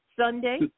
Sunday